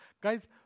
Guys